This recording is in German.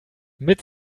mit